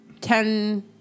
ten